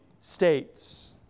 states